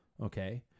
Okay